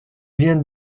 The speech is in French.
vient